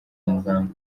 muganga